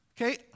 Okay